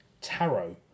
Tarot